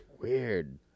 Weird